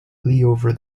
over